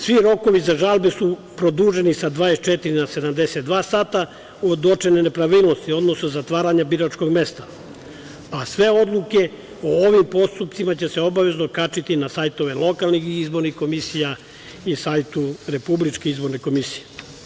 Svi rokovi za žalbe su produženi sa 24 na 72 sata od uočene nepravilnosti, odnosno zatvaranja biračkog mesta, a sve odluke o ovim postupcima će se obavezno kačiti na sajtove lokalnih izbornih komisija i sajtu RIK.